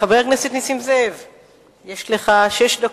חבר הכנסת נסים זאב, יש לך שש דקות.